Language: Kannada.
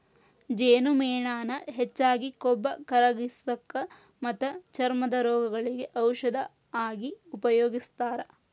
ಜೇನುಮೇಣಾನ ಹೆಚ್ಚಾಗಿ ಕೊಬ್ಬ ಕರಗಸಾಕ ಮತ್ತ ಚರ್ಮದ ರೋಗಗಳಿಗೆ ಔಷದ ಆಗಿ ಉಪಯೋಗಸ್ತಾರ